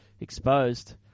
exposed